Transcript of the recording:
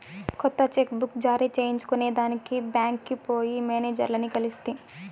కొత్త cheque book జారీ చేయించుకొనేదానికి బాంక్కి పోయి మేనేజర్లని కలిస్తి